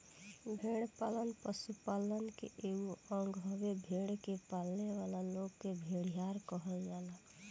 भेड़ पालन पशुपालन के एगो अंग हवे, भेड़ के पालेवाला लोग के भेड़िहार कहल जाला